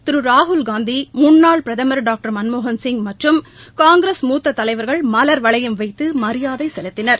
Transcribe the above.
திருராகுல்காந்தி முன்னாள் பிரதமர் டாக்டர் மன்மோகன்சிய் மற்றும் காங்கிரஸ் முத்ததலைவர்கள் மலர்வளையம் வைத்தமரியாதைசெலுத்தினர்